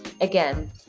again